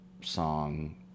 song